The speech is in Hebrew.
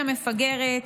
יא מפגרת,